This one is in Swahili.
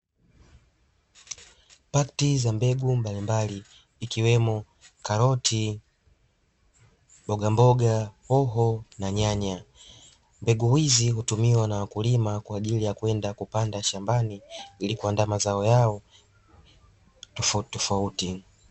Pakiti za mbegu mbalimbali ikiwemo: karoti, mbogamboga, hoho, na nyanya. Mbegu hizi hutumiwa na wakulima kwa ajili ya kwenda kupanda shambani, ili kuandaa mazao yao tofautitofauti.